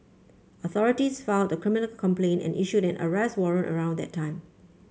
authorities filed the criminal complaint and issued an arrest warrant around that time